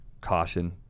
caution